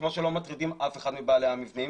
כמו שלא מטרידים אף אחד מבעלי המבנים